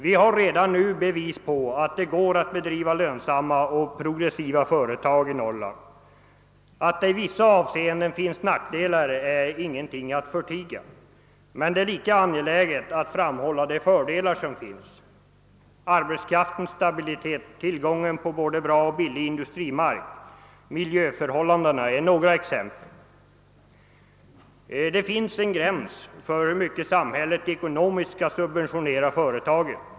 Vi har redan nu bevis för att det går att bedriva lönsam och effektiv företagsamhet i Norrland. Att det finns nackdelar i vissa avseenden är ingenting att förtiga, men det är lika angeläget att framhålla de fördelar som finns: arbetskraftens stabilitet, tillgången på bra och billig industrimark och miljöförhållanden är några exempel. Det finns en ekonomisk gräns för hur mycket samhället kan subventionera företagen.